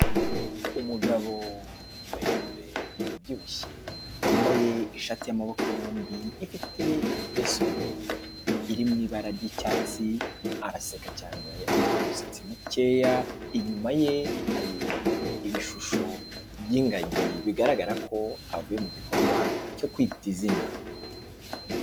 Umugabo muremure, ubyibushye, wambaye ishati y'amaboko yombi, ifite ibipesu bibiri iri mu ibara ry'icyatsi, araseka cyane, afite umusatsi mukeya, inyuma ye hari ibishusho by'ingagi, bigaragara ko avuye mu gikorwa cyo kwita izina.